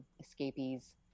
escapees